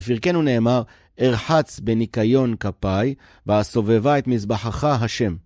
בפרקנו נאמר, ארחץ בניקיון כפיי, ואסובבה את מזבחך השם.